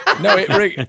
No